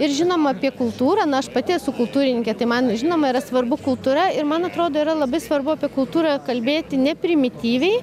ir žinoma apie kultūrą na aš pati esu kultūrininkė tai man žinoma yra svarbu kultūra ir man atrodo yra labai svarbu apie kultūrą kalbėti ne primityviai